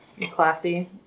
Classy